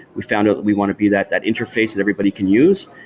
we found ah that we want to be that that interface that everybody can use,